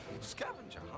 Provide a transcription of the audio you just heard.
Scavenger